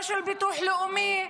לא של ביטוח לאומי.